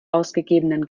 ausgegeben